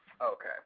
Okay